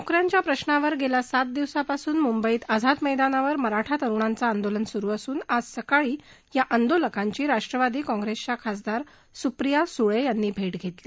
नोकऱ्यांच्या प्रश्नावर गेल्या सात दिवसापासून मुंबईत आझाद मद्योनावर मराठा तरुणांचं आंदोलन सुरू असून आज सकाळी या आंदोलकांची राष्ट्रवादी काँग्रेसच्या खासदार सुप्रिया सुळे यांनी भेट घेतली